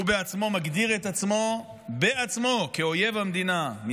הוא עצמו מגדיר את עצמו בעצמו כאויב המדינה,